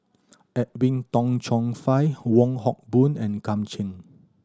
Edwin Tong Chun Fai Wong Hock Boon and Kam Ning